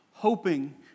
Hoping